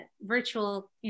virtual